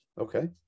Okay